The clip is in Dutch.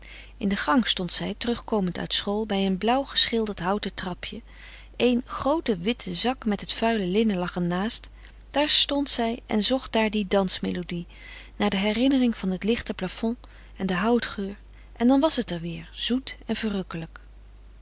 in den gang stond zij terugkomend uit school bij een blauw geschilderd houten trapje een groote witte zak met het vuile linnen lag er naast daar stond zij en zocht daar die dansmelodie naar de herinnering van het lichte plafond en de houtgeur en dan was het er weer zoet en verrukkelijk